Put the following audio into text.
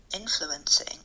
influencing